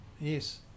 yes